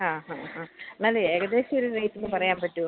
ആ ഹാ ഹാ എന്നാലും ഏകദേശമൊരു റേറ്റിന് പറയാൻ പറ്റോ